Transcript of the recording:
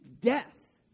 death